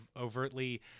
overtly